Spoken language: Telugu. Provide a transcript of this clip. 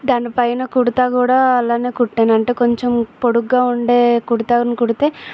దాని పైన కుర్తా కూడా అలాగే కుట్టాను అంటే కొంచెం పొడుగుగా ఉండే కుర్తాను కుడితే